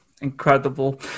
Incredible